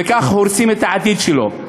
וכך הורסים את העתיד שלו.